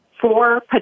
four